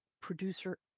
producer